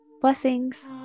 Blessings